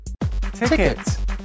Tickets